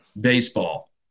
baseball